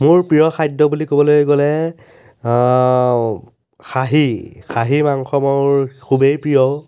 মোৰ প্ৰিয় খাদ্য বুলি ক'বলৈ গ'লে খাহী খাহী মাংস মোৰ খুবেই প্ৰিয়